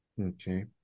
Okay